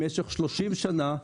במשך 30 שנים,